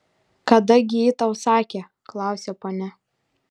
kada gi ji tau sakė klausia ponia